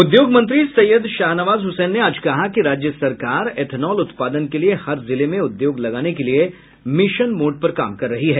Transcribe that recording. उद्योग मंत्री सैयद शाहनवाज हुसैन ने आज कहा कि राज्य सरकार इथेनॉल उत्पादन के लिये हर जिले में उद्योग लगाने के लिये मिशन मोड पर काम कर रही है